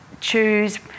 choose